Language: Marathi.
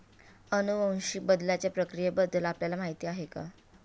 अनुवांशिक बदलाच्या प्रक्रियेबद्दल आपल्याला माहिती आहे का?